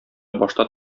башка